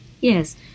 Yes